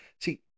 See